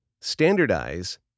standardize